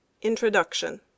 Introduction